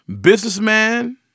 businessman